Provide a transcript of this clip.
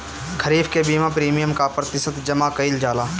खरीफ के बीमा प्रमिएम क प्रतिशत जमा कयील जाला?